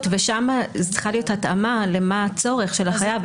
ושם צריכה להיות התאמה לצורך של החייב.